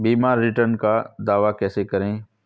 बीमा रिटर्न का दावा कैसे करें?